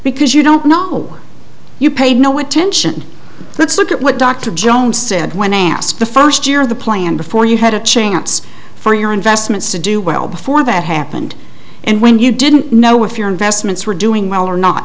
because you don't know you paid no attention let's look at what dr jones said when asked the first year of the plan before you had a chance for your investments to do well before that happened and when you didn't know if your investments were doing well or not